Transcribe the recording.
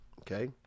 okay